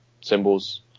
symbols